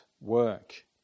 work